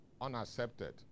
unaccepted